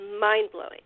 mind-blowing